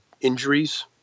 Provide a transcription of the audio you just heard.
injuries